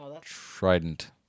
trident